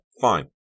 fine